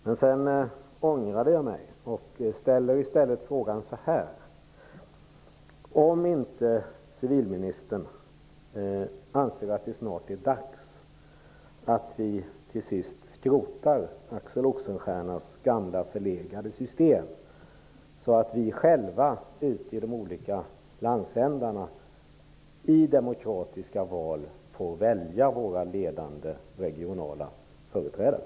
Men sedan ångrade jag mig, och jag ställer frågan så här i stället: Anser inte civilministern att det snart är dags att skrota Axel Oxenstiernas gamla förlegade system så att vi själva ute i de olika landsändarna i demokratiska val får välja våra ledande regionala företrädare?